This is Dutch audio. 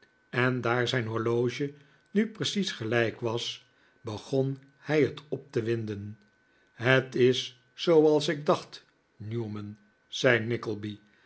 en daar zijn horloge nu precies gelijk was begon hij het op te winder het is zooals ik dacht newman zei